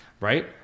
Right